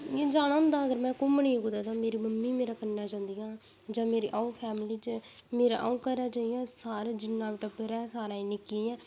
इ'यां जाना होंदा अगर में धूमने गी कुतै जां मेरी मम्मी मेरे कन्ने जदीं जां मेरी होर फैमली च अ'ऊं घरे च सारा जिन्ना टब्बर ऐअ'ऊं सारें शा निक्की आं